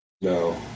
No